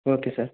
okay sir